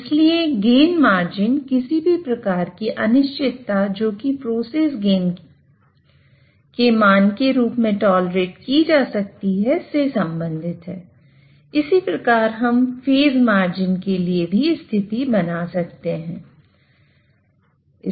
इसलिए gain margin किसी भी प्रकार की अनिश्चितता जो की प्रोसेस गेन के लिए एक स्थिति बना सकते हैं